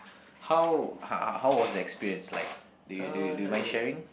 how how how was the experience like do you do you do you mind sharing